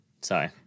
Sorry